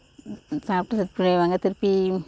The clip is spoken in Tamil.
சாப்பிட்டு போய்டுவாங்க திருப்பி